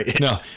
no